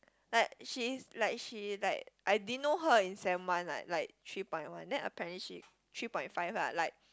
but she is like she like I didn't know her in Sem one like like three point one then apparently she three point five ah like